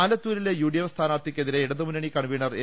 ആലത്തൂരിലെ UDF സ്ഥാനാർത്ഥി ക്കെതിരെ ഇടതു മുന്നണി കൺവീനർ എ